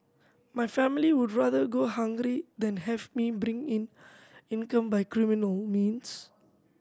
my family would rather go hungry than have me bring in income by criminal means